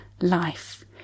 life